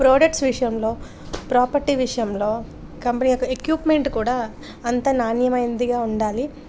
products విషయంలో property విషయంలో company యొక్క ఎక్యూప్మెంట్ కూడా అంతా నాణ్యమైందిగా ఉండాలి